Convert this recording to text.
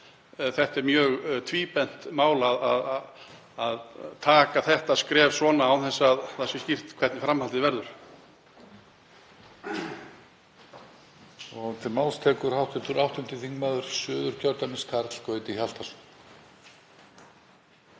þetta er mjög tvíbent mál, að taka þetta skref svona án þess að það sé skýrt hvert framhaldið verður.